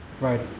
right